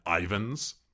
Ivan's